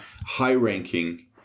high-ranking